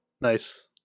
nice